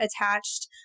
attached